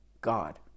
God